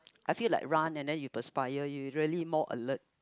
I feel like run and then you perspire you really more alert